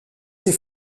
ses